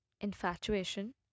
infatuation